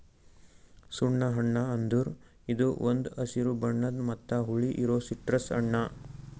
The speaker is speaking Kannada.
ಸುಣ್ಣ ಹಣ್ಣ ಅಂದುರ್ ಇದು ಒಂದ್ ಹಸಿರು ಬಣ್ಣದ್ ಮತ್ತ ಹುಳಿ ಇರೋ ಸಿಟ್ರಸ್ ಹಣ್ಣ